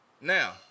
Now